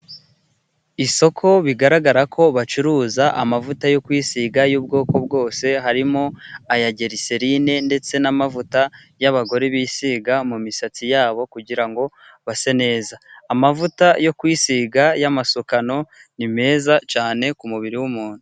Isoko bigaragara ko bacuruza amavuta yo kwisiga y'ubwoko bwose harimo aya jyeriserine ndetse n'amavuta y'abagore bisiga mu misatsi yabo kugira ngo base neza. Amavuta yo kuwisiga y'amasukano ni meza cyane ku mubiri w'umuntu.